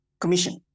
Commission